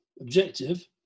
objective